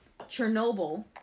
Chernobyl